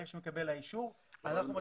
ברגע שמתקבל האישור מתחיל התהליך להבאתם.